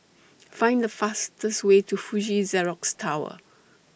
Find The fastest Way to Fuji Xerox Tower